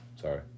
sorry